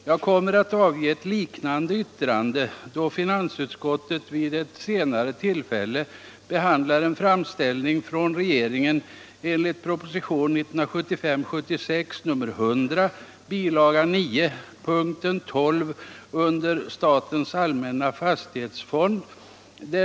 Jag kommer att avge ett liknande yttrande då finansutskottet vid ett senare tillfälle behandlar en framställning från regeringen enligt propositionen 1975/76:100 bilaga 9 p. 12 under rubriken Statens allmänna fastighetsfond.